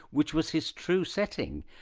which was his true setting,